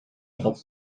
атат